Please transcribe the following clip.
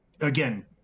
Again